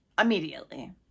immediately